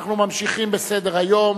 אנחנו ממשיכים בסדר-היום.